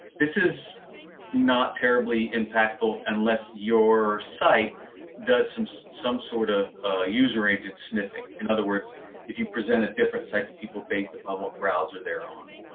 this is not terribly impactful, unless your site does some so some sort of user agent sniffing. in other words if you present a different site to people based on what browser they're on,